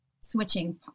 switching